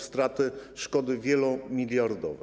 Straty, szkody są wielomiliardowe.